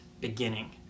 beginning